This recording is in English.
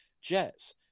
Jets